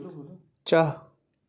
چہ